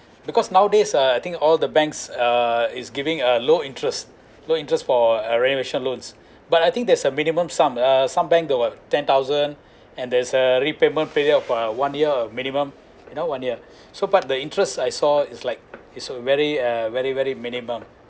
because nowadays uh I think all the banks uh is giving uh low interest low interest for uh renovation loans but I think there's a minimum sum uh sum bank to uh ten thousand and there's uh repayment period of a one year of minimum you know one year so but the interests I saw is like it's a very very very minimum